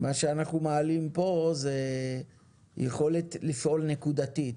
מה שאנחנו מעלים פה זה יכולת לפעול נקודתית.